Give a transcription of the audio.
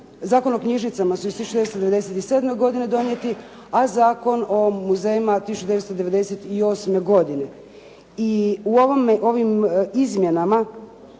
Zakon o knjižnicama su 1997. godine donijeti a Zakon o muzejima 1998. godine. I u ovim izmjenama